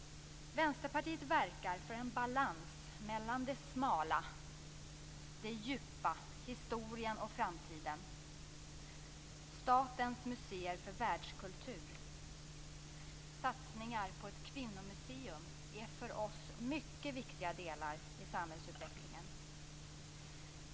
Vänsterpartiet verkar för en balans mellan det smala, det djupa, historien och framtiden. Statens museer för världskultur och satsningar på ett kvinnomuseum är för oss mycket viktiga delar i samhällsutvecklingen.